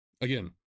again